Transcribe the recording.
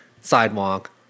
sidewalk